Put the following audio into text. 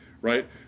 right